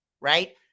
right